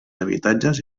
habitatges